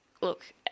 look